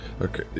okay